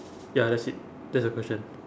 ya that's it that's the question